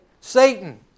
Satan